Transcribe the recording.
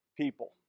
people